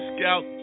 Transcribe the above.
Scout